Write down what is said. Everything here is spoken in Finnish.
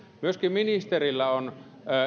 myöskin ministerillä on